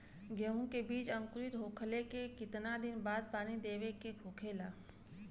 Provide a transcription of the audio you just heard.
गेहूँ के बिज अंकुरित होखेला के कितना दिन बाद पानी देवे के होखेला?